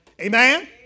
Amen